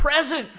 present